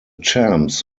champs